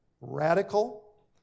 radical